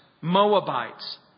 Moabites